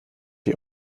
die